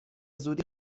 زودی